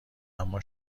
اما